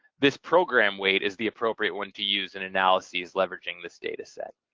this program weight is the appropriate one to use in analyses leveraging this data set.